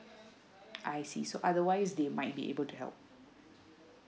I see so otherwise they might be able to help